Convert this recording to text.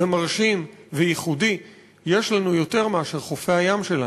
מרשים וייחודי יש לנו יותר מאשר חופי הים שלנו?